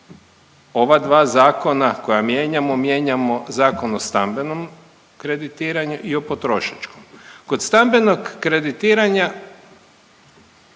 Ova dva zakona koja mijenjamo, mijenjamo zakon o stambenom kreditiranju i o potrošačkom. Kod stambenog kreditiranja,